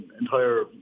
entire